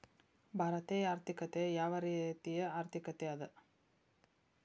ಭಾರತೇಯ ಆರ್ಥಿಕತೆ ಯಾವ ರೇತಿಯ ಆರ್ಥಿಕತೆ ಅದ?